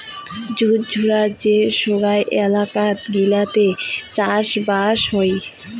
ঘুরঘুরা যে সোগায় এলাকাত গিলাতে চাষবাস হই